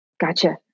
Gotcha